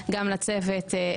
גם לצוות,